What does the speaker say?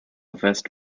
vest